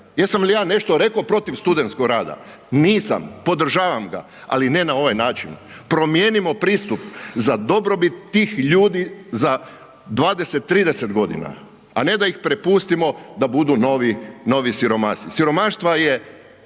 jesam li ja nešto reko protiv studentskog rada? Nisam, podržavam ga ali ne na ovaj način. promijenimo pristup za dobrobit tih ljudi, za 20, 30 g. a ne da ih prepustimo da budu novi siromasi.